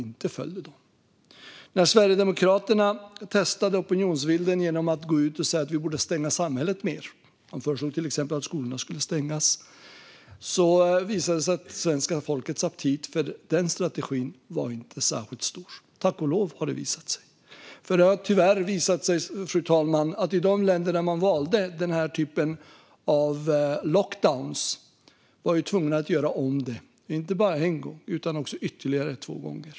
När Sverigedemokraterna testade opinionsvinden genom att gå ut och säga att vi borde stänga samhället mer - man föreslog till exempel att skolorna skulle stängas - visade det sig att svenska folkets aptit på den strategin inte var särskilt stor - tack och lov, har det visat sig. I de länder, fru talman, där man valde den här typen av lockdowns var man tvungen att göra om det inte bara en gång utan ytterligare två gånger.